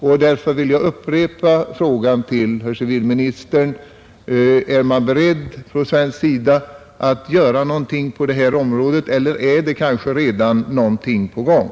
Jag upprepar alltså frågan till herr civilministern: Är man beredd att från svensk sida göra någonting på detta område eller är kanske redan någonting på gång?